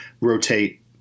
rotate